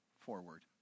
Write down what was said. forward